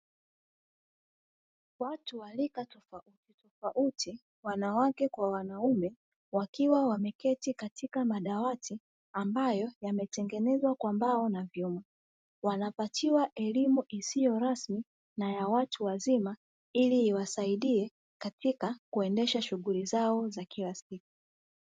Watu wa rika tofautitofauti, wanawake kwa wanaume wakiwa wameketi katika madawati ambayo yametengenezwa kwa mbao na vyuma, wanapatiwa elimu isiyo rasmi na ya watu wazima ili iwasaidie katika kuendesha shughuli zao za kilasiku.